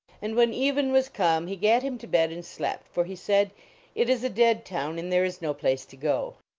and when even was come he gat him to bed and slept. for he said it is a dead town and there is no place to go.